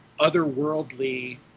otherworldly